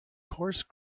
coarse